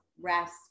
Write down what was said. rest